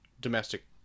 domestic